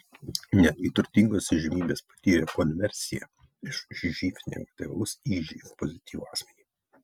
netgi turtingos įžymybės patyrė konversiją iš živ negatyvaus į živ pozityvų asmenį